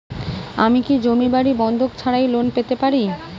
আমি কি জমি বাড়ি বন্ধক ছাড়াই লোন পেতে পারি?